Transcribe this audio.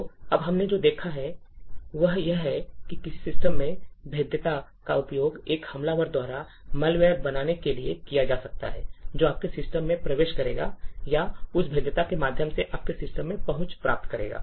तो अब हमने जो देखा है वह यह है कि किसी सिस्टम में भेद्यता का उपयोग एक हमलावर द्वारा मैलवेयर बनाने के लिए किया जा सकता है जो आपके सिस्टम में प्रवेश करेगा या उस भेद्यता के माध्यम से आपके सिस्टम में पहुंच प्राप्त करेगा